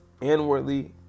inwardly